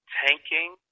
tanking